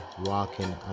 walking